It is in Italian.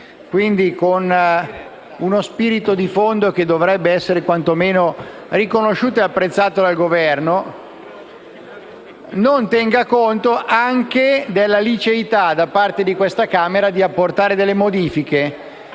quindi con uno spirito di fondo che dovrebbe essere quantomeno riconosciuto e apprezzato dal Governo, non tenga conto anche della liceità da parte di questa Camera di apportare delle modifiche